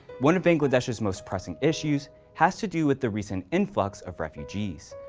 one of bangladesh's most pressing issues has to do with the recent influx of refugees.